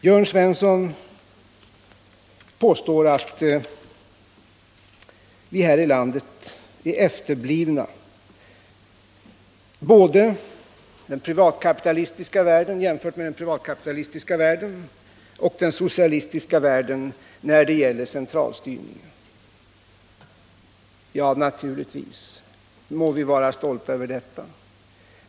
Jörn Svensson påstår att vi här i landet är efterblivna jämfört med både den privatkapitalistiska och den socialistiska världen när det gäller centralstyrning. Ja, naturligtvis! Må vi vara stolta över det!